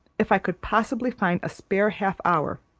if i could possibly find a spare half hour,